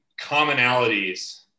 commonalities